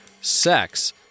sex